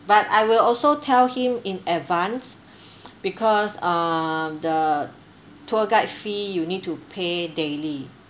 but I will also tell him in advance because um the tour guide fee you need to pay daily